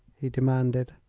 he demanded.